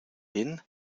hin